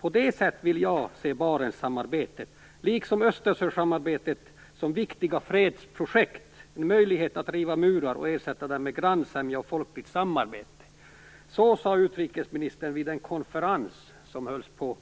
På detta sätt vill jag se Barentssamarbetet - liksom Östersjösamarbetet - som viktiga fredsprojekt. De skapar en möjlighet att riva murar och ersätta dem med grannsämja och folkligt samarbete. Så sade utrikesministern vid en konferens som hölls på